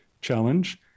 challenge